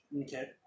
okay